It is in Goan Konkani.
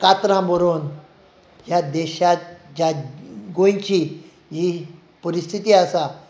कातारां बरोवन ह्या देशांत ज्या गोंयची ही परिस्थिती आसा